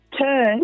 turn